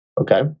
okay